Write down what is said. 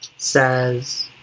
says,